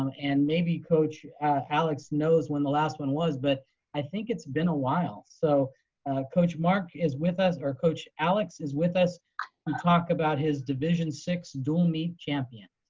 um and maybe coach alex knows when the last one was but i think it's been a while. so coach mark is with us or coach alex is with us to talk about his division six dual meet champion,